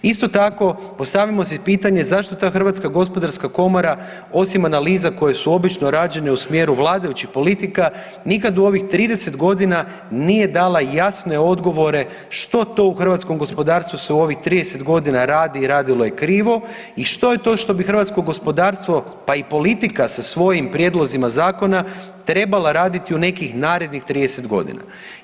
Isto tako postavimo si pitanje zašto ta Hrvatska gospodarska komora osim analiza koje su obično rađene u smjeru vladajućih politika nikad u ovih 30 godina nije dala jasne odgovore što to u hrvatskom gospodarstvu se u ovih 30 godina radi i radilo krivo i što je to što bi hrvatsko gospodarstvo, pa i politika sa svojim prijedlozima zakona trebala raditi u nekih narednih 30 godina.